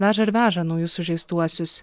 veža ir veža naujus sužeistuosius